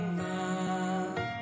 love